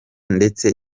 ndetse